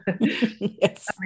Yes